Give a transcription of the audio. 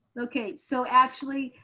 okay, so actually,